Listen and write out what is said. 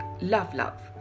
Love-Love